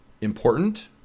important